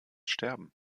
sterben